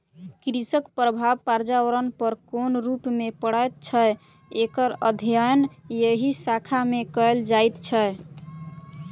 कृषिक प्रभाव पर्यावरण पर कोन रूप मे पड़ैत छै, एकर अध्ययन एहि शाखा मे कयल जाइत छै